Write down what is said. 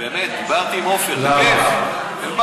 תודה רבה.